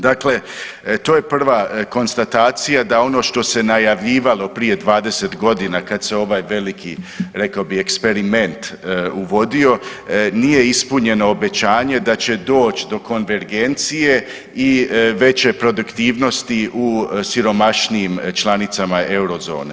Dakle, to je prva konstatacija da ono što se najavljivalo prije 20 godina kad se ovaj veliki, rekao bih, eksperiment uvodio nije ispunjeno obećanje da će doći do konvergencije i veće produktivnosti u siromašnijim članicama Eurozone.